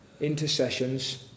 intercessions